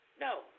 No